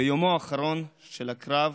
ביומו האחרון של הקרב